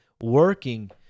working